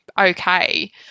okay